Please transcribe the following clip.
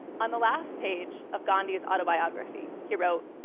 on the last page of gandhi's autobiography, he wrote,